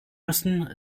müssen